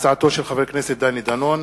הצעתם של חברי הכנסת ג'מאל זחאלקה,